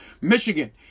Michigan